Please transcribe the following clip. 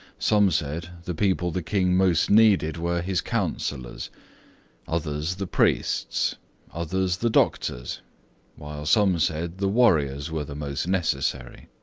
some said, the people the king most needed were his councillors others, the priests others, the doctors while some said the warriors were the most necessary.